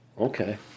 Okay